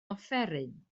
offeryn